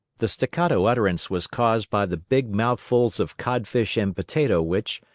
the staccato utterance was caused by the big mouthfuls of codfish and potato which,